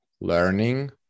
learning